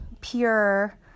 pure